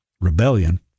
Rebellion